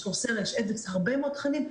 יש את Coursera ויש הרבה מאוד תכנים,